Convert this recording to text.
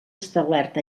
establert